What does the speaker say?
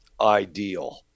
ideal